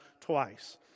twice